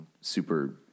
super